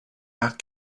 art